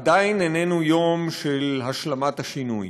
עדיין איננו יום של השלמת השינוי,